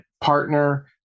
partner